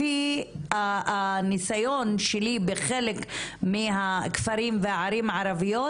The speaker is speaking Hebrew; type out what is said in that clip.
לפי הניסיון שלי בחלק מהכפרים והערים הערביות,